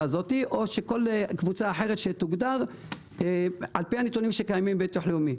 הזו או כל קבוצה אחרת שתוגדר לפי הנתונים שקיימים בביטוח לאומי.